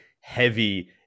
heavy